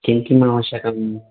किं किम् आवश्यकं